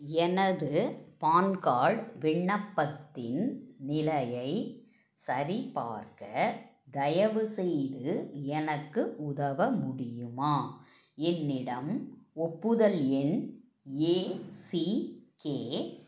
எனது PAN card விண்ணப்பத்தின் நிலையை சரிபார்க்க தயவுசெய்து எனக்கு உதவ முடியுமா என்னிடம் ஒப்புதல் எண் ஏ சி கே